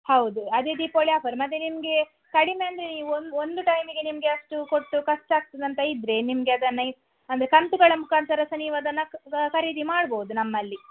ಹೌದು ಅದೇ ದೀಪಾವಳಿ ಆಫರ್ ಮತ್ತು ನಿಮಗೆ ಕಡಿಮೆ ಅಂದರೆ ನೀವು ಒಂದು ಒಂದು ಟೈಮಿಗೆ ನಿಮಗೆ ಅಷ್ಟು ಕೊಟ್ಟು ಕಷ್ಟಾಗ್ತದೆ ಅಂತ ಇದ್ದರೆ ನಿಮಗೆ ಅದನ್ನು ಇ ಅಂದರೆ ಕಂತುಗಳ ಮುಖಾಂತರ ಸಹ ನೀವದನ್ನು ಖರೀದಿ ಮಾಡ್ಬೋದು ನಮ್ಮಲ್ಲಿ